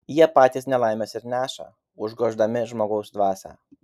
jie patys nelaimes ir neša užgoždami žmogaus dvasią